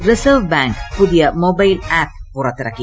reserve bank പുതിയ mobile app പുറത്തിറക്കി